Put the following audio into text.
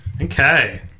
Okay